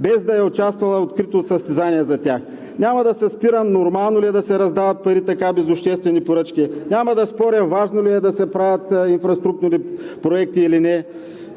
без да е участвала в открито състезание за тях. Няма да се спирам нормално ли е да се раздават пари без обществени поръчки. Няма да споря важно ли е да се правят инфраструктурни проекти или не.